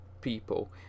people